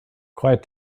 quiet